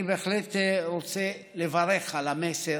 אני בהחלט רוצה לברך על המסר.